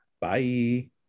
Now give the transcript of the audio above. Bye